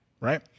Right